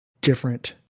different